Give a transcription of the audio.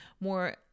more